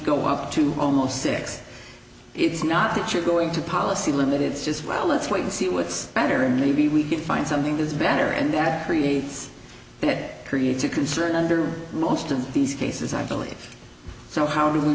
go up to almost six it's not that you're going to policy limited says well let's wait and see what's better maybe we can find something that is better and that creates it creates a concern under most of these cases i believe so how do we